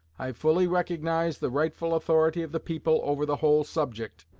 i fully recognize the rightful authority of the people over the whole subject,